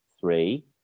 three